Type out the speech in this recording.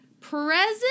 present